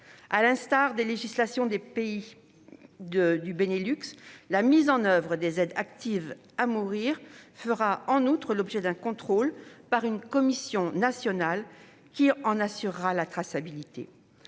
dans les législations des pays du Benelux, la mise en oeuvre des aides actives à mourir fera, en outre, l'objet d'un contrôle par une commission nationale qui en assurera la traçabilité.